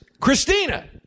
Christina